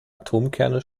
atomkerne